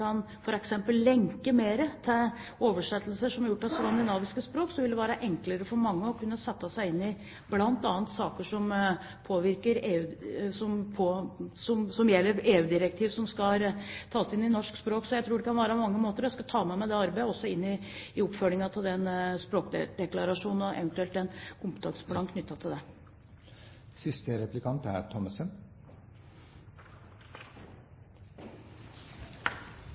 lenke mer til oversettelser som er gjort til skandinaviske språk, vil det være enklere for mange å sette seg inn i bl.a. saker angående EU-direktiv som skal tas inn i norsk språk. Jeg tror det kan være mange måter å gjøre dette på. Jeg skal ta med meg det arbeidet inn i oppfølgingen av språkdeklarasjonen og en eventuell kompetanseplan knyttet til dette. Jeg vil gjerne følge opp der representanten Hareide avsluttet, altså hvor bredt det er